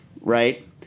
right